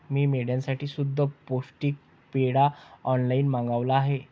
मी मेंढ्यांसाठी शुद्ध पौष्टिक पेंढा ऑनलाईन मागवला आहे